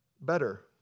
better